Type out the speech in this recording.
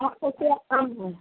हाँ तो क्या काम है